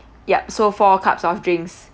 yup so four cups of drinks